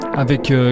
Avec